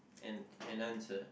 and and answer